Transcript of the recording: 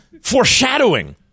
foreshadowing